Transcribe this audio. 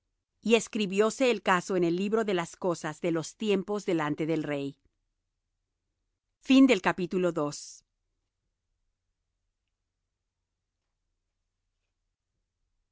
y escribióse el caso en el libro de las cosas de los tiempos delante del rey